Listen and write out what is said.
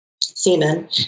Semen